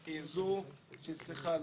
לא,